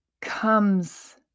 comes